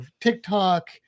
TikTok